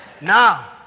Now